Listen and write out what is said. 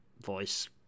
voice